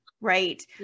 right